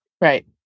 Right